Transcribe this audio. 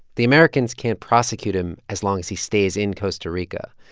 the americans can't prosecute him as long as he stays in costa rica.